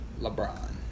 LeBron